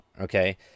okay